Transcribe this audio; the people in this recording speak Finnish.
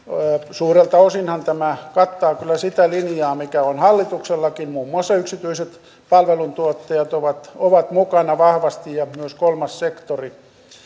suurelta osinhan tämä kattaa kyllä sitä linjaa mikä on hallituksellakin muun muassa yksityiset palveluntuottajat ovat ovat mukana vahvasti ja myös kolmas sektori